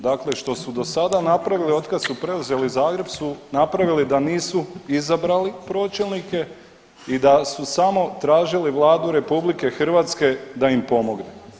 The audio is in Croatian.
Dakle što su do sada napravili, otkad su preuzeti Zagreb su napravili da nisu izabrali pročelnike i da su samo tražili Vladu RH da im pomogne.